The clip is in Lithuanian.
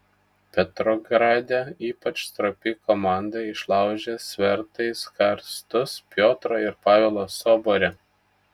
petrograde ypač stropi komanda išlaužė svertais karstus piotro ir pavelo sobore